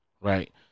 Right